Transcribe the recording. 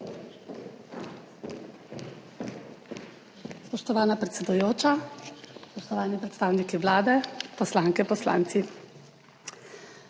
Spoštovana predsedujoča, spoštovani predstavniki Vlade, poslanke, poslanci.